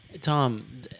Tom